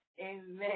Amen